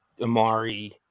Amari